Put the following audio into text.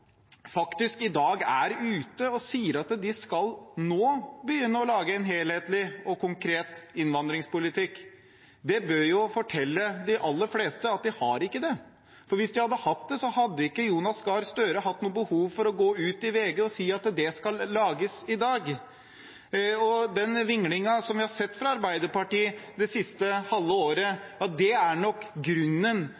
faktisk er ute og sier at de nå skal begynne å lage en helhetlig og konkret innvandringspolitikk, bør fortelle de aller fleste at de ikke har det. For hvis de hadde hatt det, ville ikke Jonas Gahr Støre ha hatt noe behov for å gå ut i VG i dag og si at det skal lages. Den vinglingen som vi har sett fra Arbeiderpartiet det siste halve året,